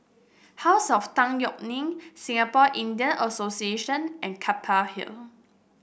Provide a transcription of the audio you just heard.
House of Tan Yeok Nee Singapore Indian Association and Keppel Hill